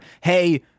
Hey